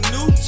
New